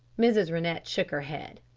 mrs. rennett shook her head.